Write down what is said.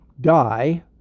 die